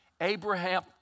Abraham